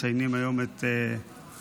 מציינים היום את יומו: